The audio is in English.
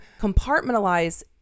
compartmentalize